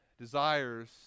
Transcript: desires